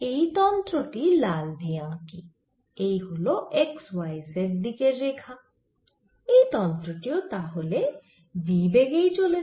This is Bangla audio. এই তন্ত্র টি লাল দিয়ে আঁকি এই হল x y z দিকের রেখা এই তন্ত্র টিও তা হলে v বেগেই চলেছে